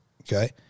Okay